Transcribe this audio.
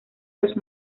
los